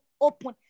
open